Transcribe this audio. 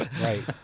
Right